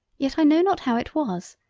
yet i know not how it was,